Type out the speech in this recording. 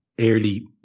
early